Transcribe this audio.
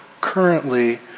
currently